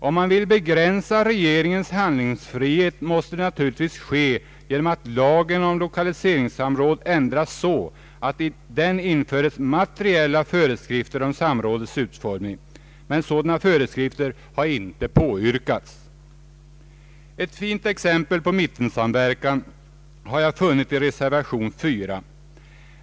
Om man vill begränsa regeringens handlingsfrihet måste detta naturligtvis ske genom att lagen om lokaliseringssamråd ändras så att man i den inför materiella föreskrifter om samrådets utformning. Sådana föreskrifter har emellertid inte påyrkats. Ett fint exempel på mittensamverkan har jag funnit i reservation 4.